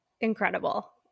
incredible